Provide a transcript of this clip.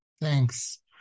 Thanks